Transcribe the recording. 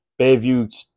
Bayview